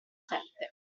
sette